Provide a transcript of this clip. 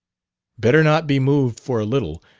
better not be moved for a little,